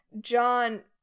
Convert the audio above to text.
John